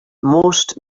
most